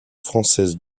française